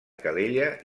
calella